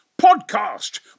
Podcast